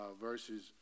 verses